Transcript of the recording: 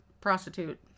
prostitute